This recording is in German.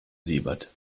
siebert